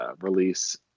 Release